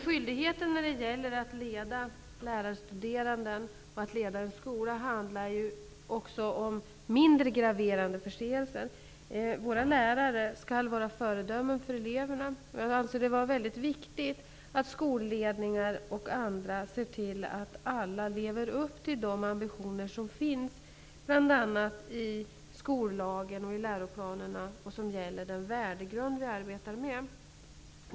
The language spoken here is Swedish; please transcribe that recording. Skyldigheten när det gäller att leda lärarstuderande och när det gäller att leda en skola handlar emellertid också om mindre graverande förseelser. Våra lärare skall vara föredömen för eleverna, och jag anser det vara väldigt viktigt att skolledningar och andra ser till att alla lever upp till de ambitioner som finns bl.a. i skollagen och i läroplanerna och som gäller den värdegrund vi arbetar med.